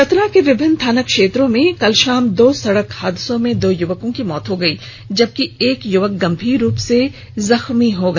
चतरा के विभिन्न थाना क्षेत्रों में कल शाम दो सड़क हादसे में दो युवकों की मौत हो गई जबकि एक युवक गंभीर रूप से जख्मी हो गया